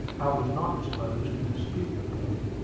i was not disposed to dispute the point.